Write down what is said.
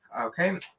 Okay